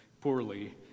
poorly